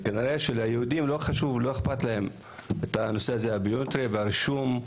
כנראה שליהודים לא אכפת מהנושא הביומטרי, הרישום,